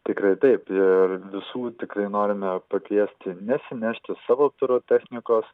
tikrai taip ir visų tikrai norime pakviesti nesinešti savo pirotechnikos